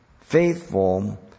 faithful